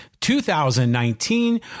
2019